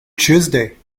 tuesday